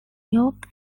york